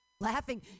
Laughing